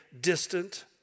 distant